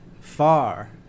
far